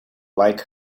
like